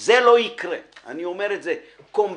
זה לא יקרה, קומבינות,